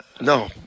no